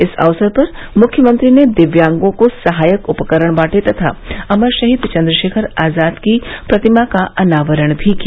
इस अवसर पर मुख्यमंत्री ने दिव्यांगों को सहायक उपकरण बांटे तथा अमर शहीद चन्द्रशेखर आजाद की प्रतिमा का अनावरण भी किया